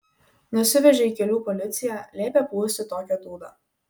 nusivežė į kelių policiją liepė pūsti tokią dūdą